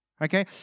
Okay